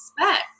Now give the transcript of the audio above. expect